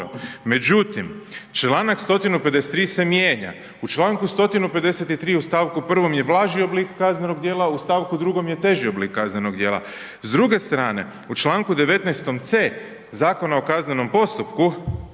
međutim čl. 153. se mijenja, u čl. 153. u stavku 1. je blaži oblik kaznenog djela, u stavku 2. je teži oblik kaznenog djela. S druge strane, u čl. 19. c) ZKP-a gdje se